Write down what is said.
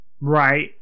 Right